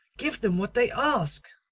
give them what they ask.